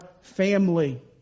family